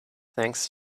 thanks